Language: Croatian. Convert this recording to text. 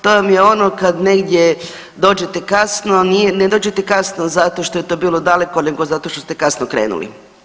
To vam je ono kad negdje dođete kasno, ne dođete kasno zato što je to bilo daleko, nego zato što ste kasno krenuli.